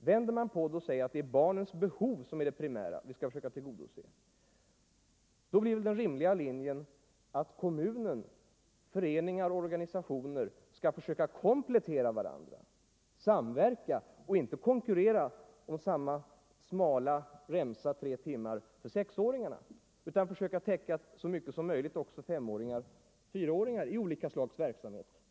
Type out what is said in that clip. Vänder man på det och säger att det är barnens behov som är det primära, som vi skall försöka tillgodose, blir den rimliga linjen att kommunen, föreningar och organisationer skall försöka komplettera varandra — samverka. De skall inte konkurrera om samma smala remsa — tre timmar för sexåringarna — utan försöka att så mycket som möjligt täcka in också femåringar och fyraåringar genom olika slags verksamhet.